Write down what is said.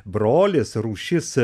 brolis rūšis